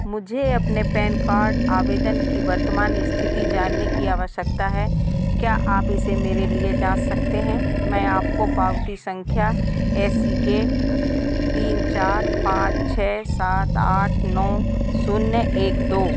मुझे अपने PAN card आवेदन की वर्तमान इस्थिति जानने की आवश्यकता है क्या आप इसे मेरे लिए जाँच सकते हैं मैं आपको पावती सँख्या ए सी के तीन चार पाँच छह सात आठ नौ शून्य एक दो